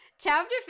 Chapter